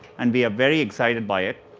and we are very excited by it.